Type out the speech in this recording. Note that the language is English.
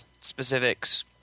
specifics